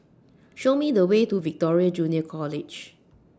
Show Me The Way to Victoria Junior College